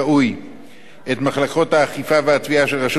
את מחלקות האכיפה והתביעה של רשות האוכלוסין וההגירה,